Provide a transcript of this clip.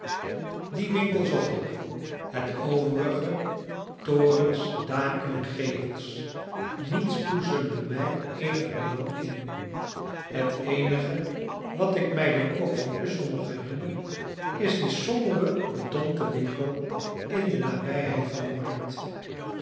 dien winkel zocht ik het overige torens daken en gevels niets boezemde mij eenig belang in het eenige wat ik mij dan ook van ussel nog herinner is die sombere bedompte winkel in de nabijheid van de markt